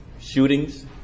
shootings